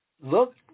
look